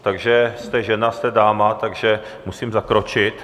Takže jste žena, jste dáma, takže musím zakročit.